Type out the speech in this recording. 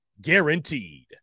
guaranteed